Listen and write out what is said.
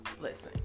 listen